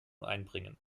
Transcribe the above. einbringen